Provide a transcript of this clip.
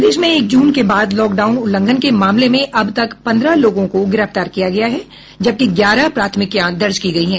प्रदेश में एक जून के बाद लॉकडाउन उल्लंघन के मामले में अब तक पन्द्रह लोगों को गिरफ्तार किया गया है जबकि ग्यारह प्राथमिकियां दर्ज की गयी हैं